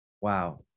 Wow